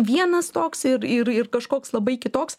vienas toks ir ir ir kažkoks labai kitoks